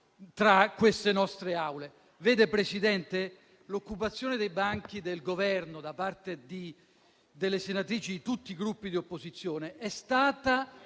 in queste nostre Aule. Signora Presidente, l'occupazione dei banchi del Governo da parte delle senatrici di tutti i Gruppi di opposizione è stata